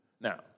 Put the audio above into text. Now